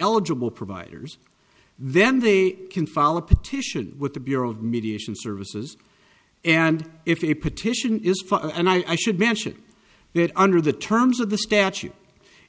eligible providers then they can fall a petition with the bureau of mediation services and if the petition is for and i should mention that under the terms of the statute